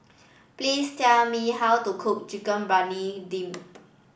please tell me how to cook Chicken Briyani Dum